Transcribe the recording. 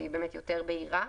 והיא באמת יותר בהירה.